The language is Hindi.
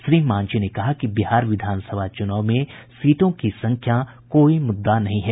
श्री मांझी ने कहा कि बिहार विधानसभा चुनाव में सीटों की संख्या कोई मुद्दा नहीं है